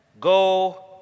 go